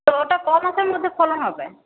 তো ওটা কমাসের মধ্যে ফলন হবে